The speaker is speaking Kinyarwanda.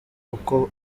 uko